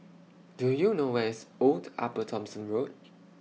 Do YOU know Where IS Old Upper Thomson Road